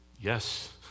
Yes